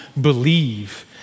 believe